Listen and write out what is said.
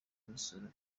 imisoro